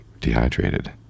dehydrated